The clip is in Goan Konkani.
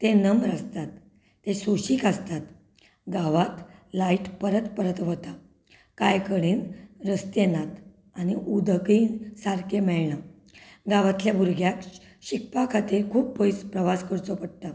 ते नम्र आसतात ते सोंशीक आसतात गांवांत लायट परत परत वता कांय कडेन रस्ते नात आनी उदकूय सारकें मेळना गांवांतल्या भुरग्यांक शिकपा खातीर खूब पयस प्रवास करचो पडटा